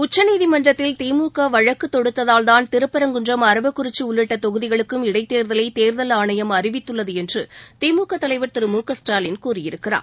உச்சநீதிமன்றத்தில் திமுக வழக்கு தொடுத்ததால்தான் திருப்பரங்குன்றம் அரவக்குறிச்சி உள்ளிட்ட தொகுதிகளுக்கும் இடைத் தேர்தலை தேர்தல் ஆணையம் அறிவித்துள்ளது என்று திமுக தலைவர் திரு மு க ஸ்டாலின் கூறியிருக்கிறார்